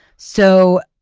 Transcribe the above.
so,